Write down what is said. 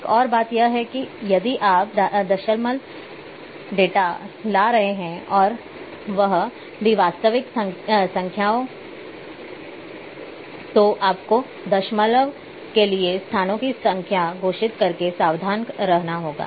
एक और बात यह है कि यदि आप दशमलव डेटा ला रहे हैं और वह भी वास्तविक संख्याएँ तो आपको दशमलव के लिए स्थानों की संख्या घोषित करके सावधान रहना होगा